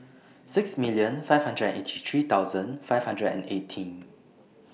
six million five hundred and eighty three thousand five hundred and eighteen